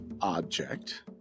object